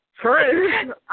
true